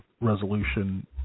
resolution